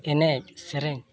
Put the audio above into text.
ᱮᱱᱮᱡᱼᱥᱮᱨᱮᱧ